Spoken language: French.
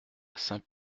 saint